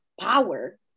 power